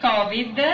Covid